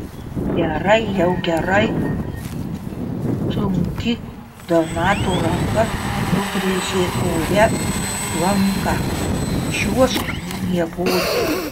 gerai jau gerai sunki donato ranka nubrėžė ore lanką čiuožk miegoti